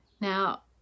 Now